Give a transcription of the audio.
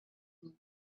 two